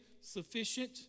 sufficient